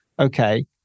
okay